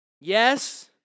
Yes